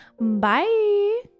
bye